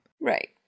Right